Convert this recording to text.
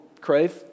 crave